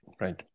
Right